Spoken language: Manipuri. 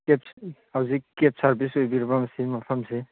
ꯍꯧꯖꯤꯛ ꯀꯦꯕ ꯁꯥꯔꯕꯤꯁ ꯑꯣꯏꯕꯤꯔꯕ ꯃꯁꯤ ꯃꯐꯝꯁꯦ